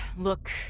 Look